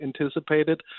anticipated